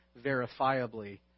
verifiably